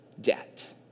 debt